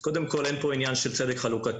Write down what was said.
אז קודם כל אין פה עניין של צדק חלוקתי.